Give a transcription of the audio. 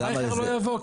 רייכר לא יבוא,